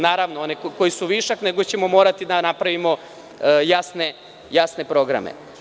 Naravno, one koji su višak, nego ćemo morati da napravimo jasne programe.